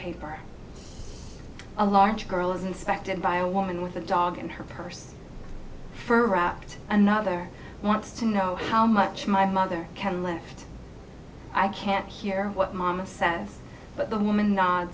and a large girl inspected by a woman with a dog in her purse her wrapped another wants to know how much my mother can lift i can't hear what mama said but the woman no